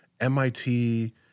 MIT